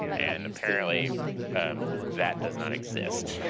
and apparently that does not exist.